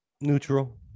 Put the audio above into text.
Neutral